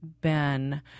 Ben